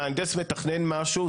מהנדס מתכנן משהו.